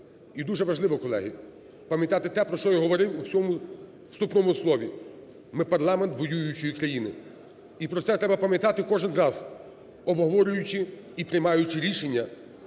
І дуже важливо, колеги, пам'ятати те, про що я говорив у своєму вступному слові. Ми – парламент воюючої країни. І про це треба пам'ятати, кожен раз обговорюючи і приймаючи рішення